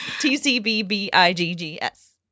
T-C-B-B-I-G-G-S